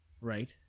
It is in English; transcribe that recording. Right